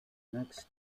next